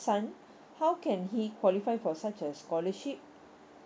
son how can he qualify for such a scholarship